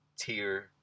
tier